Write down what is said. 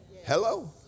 Hello